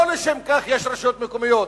לא לשם כך יש רשויות מקומיות.